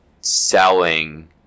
selling